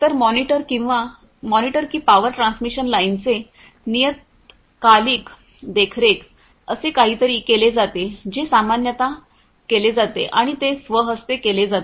तर मॉनिटर की power transmission लाईनचे नियतकालिक देखरेख असे काहीतरी केले जाते जे सामान्यत केले जाते आणि ते स्वहस्ते केले जाते